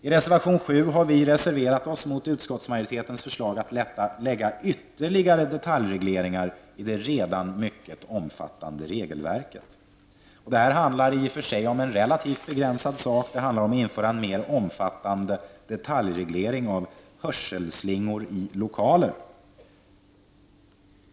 I reservation 7 har vi reserverat oss mot utskottsmajoritetens förslag att lägga ytterligare detaljregleringar i det redan mycket omfattande regelverket. Det här handlar i och för sig om en relativt begränsad sak, införande av mer omfattande detaljreglering gällande hörselslingor i lokaler.